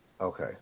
Okay